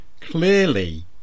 Clearly